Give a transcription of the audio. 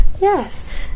Yes